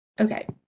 Okay